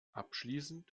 abschließend